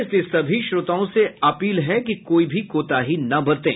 इसलिए सभी श्रोताओं से अपील है कि कोई भी कोताही न बरतें